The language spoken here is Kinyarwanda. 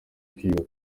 kwiga